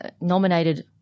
nominated